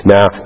Now